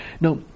Now